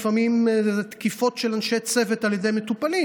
לפעמים יש תקיפות של אנשי צוות על ידי מטופלים.